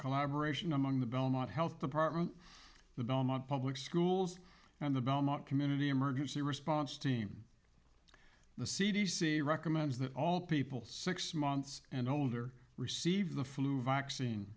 collaboration among the belmont health department the belmont public schools and the belmont community emergency response team the c d c recommends that all people six months and older receive the flu vaccine